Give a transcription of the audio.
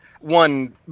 One